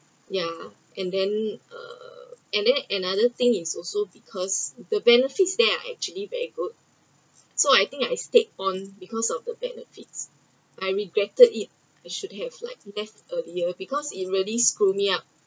ya and then uh and then another thing is also because the benefits there are actually very good so I think I stick on because of the benefits I regretted it I should have like left earlier because it really screw me up